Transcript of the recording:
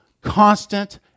constant